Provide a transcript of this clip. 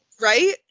Right